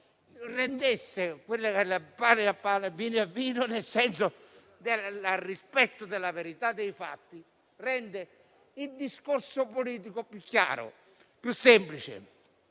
rende il discorso politico più chiaro e più semplice,